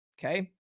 okay